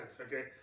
Okay